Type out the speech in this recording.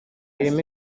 ireme